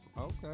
Okay